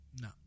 No